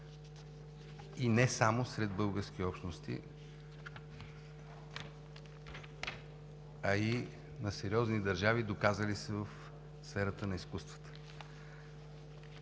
и не само сред български общности, а и на сериозни държави, доказали се в сферата на изкуствата.